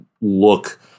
look